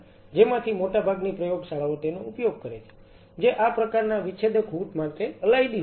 જેમાંથી મોટાભાગની પ્રયોગશાળાઓ તેનો ઉપયોગ કરે છે જે આ પ્રકારના વિચ્છેદક હૂડ માટે અલાયદી હોય છે